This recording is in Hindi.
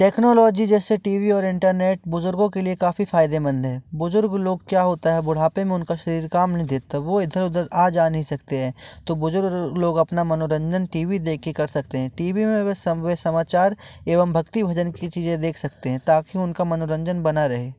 टेक्नोलॉजी जैसे टी वी और इंटरनेट बुज़ुर्गों के लिए काफ़ी फ़ायदेमंद हैं बुज़ुर्ग लोग क्या होता है बुढ़ापे में उनका शरीर काम नहीं देता वह इधर उधर आ जा नहीं सकते हैं तो बुज़ुर्ग लोग अपना मनोरंजन टी वी देख कर सकते हैं टी वी में वे समाचार एवं भक्ति भजन की चीज़ें देख सकते हैं ताकि उनका मनोरंजन बना रहे